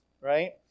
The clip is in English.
right